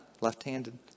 left-handed